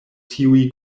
tiuj